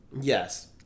Yes